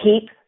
Keep